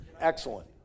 Excellent